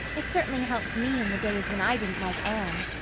it certainly helped me in the days when i didn't like anne.